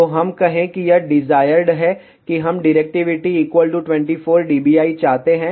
तो हम कहें कि यह डिजायर्ड है कि हम डिरेक्टिविटी 24 dBi चाहते हैं